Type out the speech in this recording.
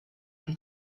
che